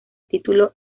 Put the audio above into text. título